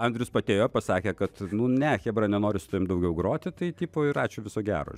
andrius atėjo pasakė kad ne chebra nenori su tavim daugiau groti tai tipo ir ačiū viso gero